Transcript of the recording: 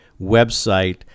website